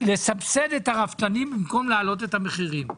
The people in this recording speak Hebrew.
לסבסד את הרפתנים במקום להעלות את המחירים.